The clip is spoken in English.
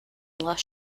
lost